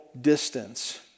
distance